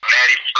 Maddie